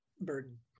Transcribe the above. burden